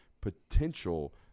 Potential